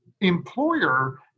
employer